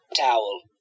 Towel